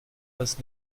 was